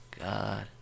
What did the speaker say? God